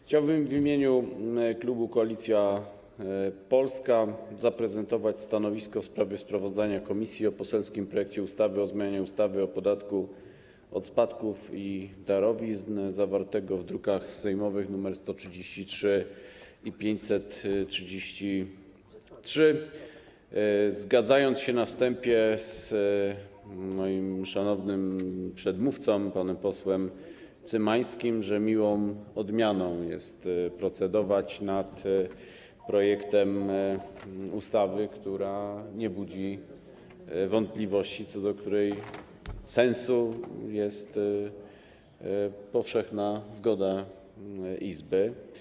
Chciałbym w imieniu klubu Koalicja Polska zaprezentować stanowisko w sprawie sprawozdania komisji o poselskim projekcie ustawy o zmianie ustawy o podatku od spadków i darowizn, druki sejmowe nr 143 i 533, zgadzając się na wstępie z moim szanownym przedmówcą panem posłem Cymańskim, że miłą odmianą jest procedować nad projektem ustawy, która nie budzi wątpliwości i co do której sensu jest powszechna zgoda Izby.